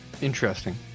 Interesting